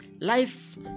Life